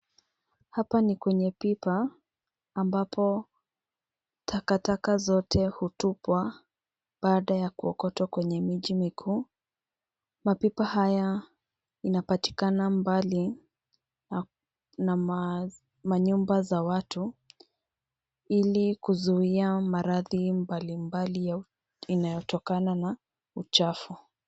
Hapa ni kwenye pipa, ambapo takataka zote hutupwa, baada ya kuokotwa kwenye miji mikuu. Mapipa haya inapatikana mbali na manyumba za watu, ili kuzuia maradhi mbali mbali inayotokana na uchafu.